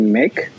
make